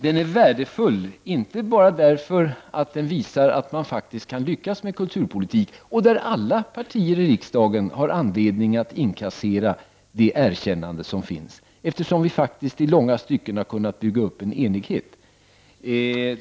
Den är värdefull inte bara därför att den visar att man faktiskt kan lyckas med kulturpolitiken och där alla partier i riksdagen har anledning att inkassera det erkännande som finns, eftersom vi faktiskt i långa stycken har kunnat bygga upp en enighet.